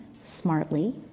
smartly